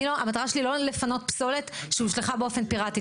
המטרה שלי היא לא לפנות פסולת שהושלכה באופן פיראטי.